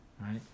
right